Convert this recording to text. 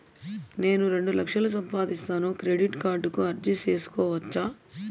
నేను రెండు లక్షలు సంపాదిస్తాను, క్రెడిట్ కార్డుకు అర్జీ సేసుకోవచ్చా?